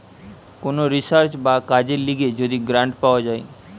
কোন রিসার্চ বা কাজের লিগে যদি গ্রান্ট পাওয়া যায়